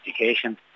Education